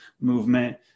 movement